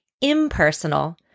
impersonal